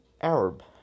Arab